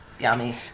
Yummy